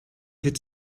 wird